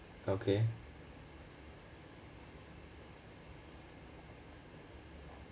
okay